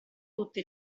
tutte